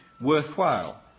worthwhile